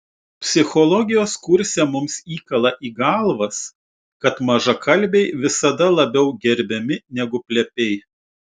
psichologijos kurse mums įkala į galvas kad mažakalbiai visada labiau gerbiami negu plepiai